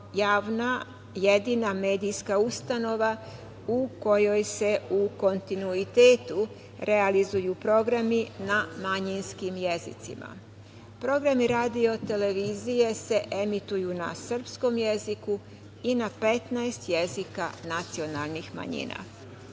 javna, jedina medijska ustanova u kojoj se u kontinuitetu realizuju programi na manjinskim jezicima. Programi radio i televizije se emituju na srpskom jeziku i na 15 jezika nacionalnih manjina.U